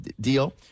deal